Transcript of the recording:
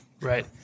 Right